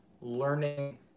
learning